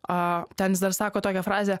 a ten jis dar sako tokią frazę